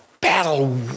battle